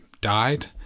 died